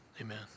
amen